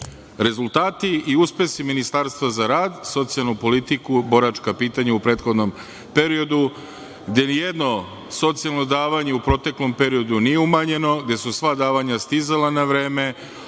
državu. Rezultati i uspesi Ministarstva za rad, socijalnu politiku, boračka pitanja u prethodnom periodu, gde ni jedno socijalno davanje u proteklom periodu nije umanjeno, gde su sva davanja stizala na vreme,